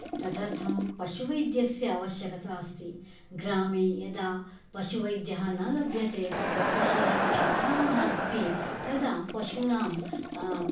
तदर्थं पशुवैद्यस्य आवश्यकता अस्ति ग्रामे यदा पशुवैद्यः न लभ्यते औषधस्य अभावः अस्ति तदा पशूनां